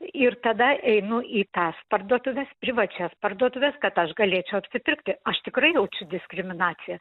ir tada einu į tas parduotuves privačias parduotuves kad aš galėčiau apsipirkti aš tikrai jaučiu diskriminaciją